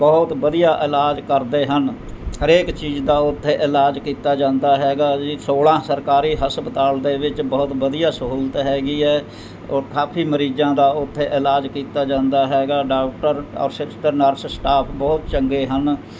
ਬਹੁਤ ਵਧੀਆ ਇਲਾਜ ਕਰਦੇ ਹਨ ਹਰੇਕ ਚੀਜ਼ ਦਾ ਉੱਥੇ ਇਲਾਜ ਕੀਤਾ ਜਾਂਦਾ ਹੈਗਾ ਜੀ ਸੋਲ੍ਹਾਂ ਸਰਕਾਰੀ ਹਸਪਤਾਲ ਦੇ ਵਿੱਚ ਬਹੁਤ ਵਧੀਆ ਸਹੂਲਤ ਹੈਗੀ ਹੈ ਔਰ ਕਾਫੀ ਮਰੀਜ਼ਾਂ ਦਾ ਉੱਥੇ ਇਲਾਜ ਕੀਤਾ ਜਾਂਦਾ ਹੈਗਾ ਡਾਕਟਰ ਔਰ ਸਿਸਟਰ ਨਰਸ ਸਟਾਫ ਬਹੁਤ ਚੰਗੇ ਹਨ